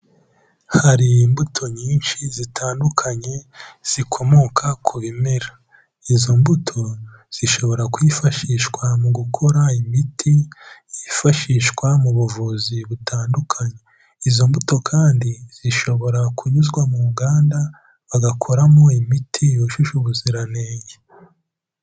Hari imbuto nyinshi zitandukanye zikomoka ku bimera, izo mbuto zishobora kwifashishwa mu gukora imiti yifashishwa mu buvuzi butandukanye. Izo mbuto kandi zishobora kunyuzwa mu nganda bagakoramo imiti yujuje ubuziranenge.